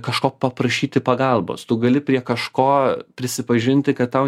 kažko paprašyti pagalbos tu gali prie kažko prisipažinti kad tau